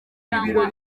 cyangwa